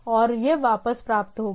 और यह वापस प्राप्त होगा